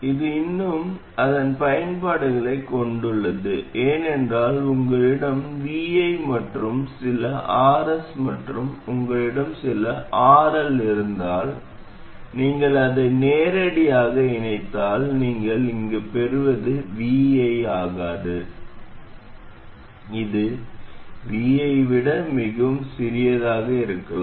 இது இன்னும் அதன் பயன்பாடுகளைக் கொண்டுள்ளது ஏனென்றால் உங்களிடம் Vi மற்றும் சில Rs மற்றும் உங்களிடம் சில RL இருந்தால் நீங்கள் அதை நேரடியாக இணைத்தால் நீங்கள் இங்கு பெறுவது Vi ஆகாது இது Vi ஐ விட மிகவும் சிறியதாக இருக்கலாம்